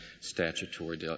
statutory